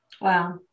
Wow